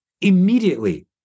immediately